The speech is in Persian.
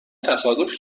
تصادف